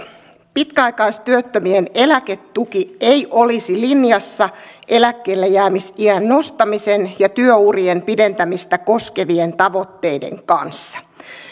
pitkäaikaistyöttömien eläketuki ei olisi linjassa eläkkeellejäämisiän nostamisen ja työurien pidentämistä koskevien tavoitteiden kanssa